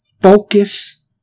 focus